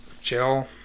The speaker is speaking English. chill